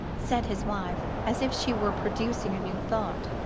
said his wife, as if she were producing a new thought.